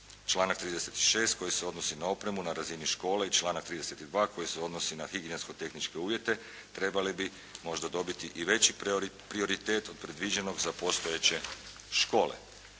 Članak 36. koji se odnosi na opremu na razini škole i članak 32. koji se odnosi na higijensko tehničke uvjete trebali bi možda dobiti i veći prioritet od predviđenog za postojeće škole.